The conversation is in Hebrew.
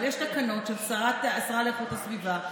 אבל יש תקנות של השרה לאיכות הסביבה שהגדירה,